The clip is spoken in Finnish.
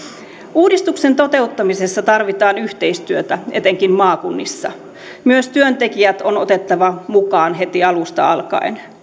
uudistuksen toteuttamisessa tarvitaan yhteistyötä etenkin maakunnissa myös työntekijät on otettava mukaan heti alusta alkaen